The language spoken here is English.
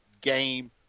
game